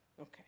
Okay